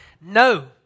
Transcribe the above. No